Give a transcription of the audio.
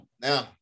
now